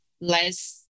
less